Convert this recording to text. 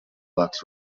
lux